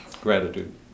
gratitude